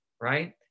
right